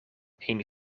een